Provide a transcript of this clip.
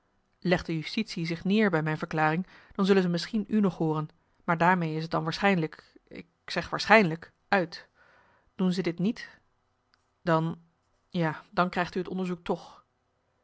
legt de justitie zich neer bij mijn verklaring dan zullen ze misschien u nog hooren maar daarmee is t dan waarschijnlijk ik zeg waarschijnlijk uit doen ze dit niet dan ja dan krijgt u het onderzoek toch